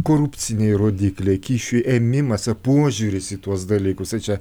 korupciniai rodikliai kyšių ėmimas požiūris į tuos dalykus tai čia